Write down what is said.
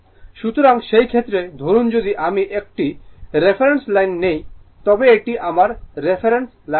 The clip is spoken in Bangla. সুতরাং সেই ক্ষেত্রে ধরুন যদি আমি একটি রেফারেন্স লাইন নেই তবে এটি আমার রেফারেন্স লাইন হবে